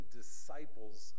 disciples